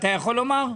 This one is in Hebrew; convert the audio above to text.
אתה יכול לומר?